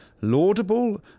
laudable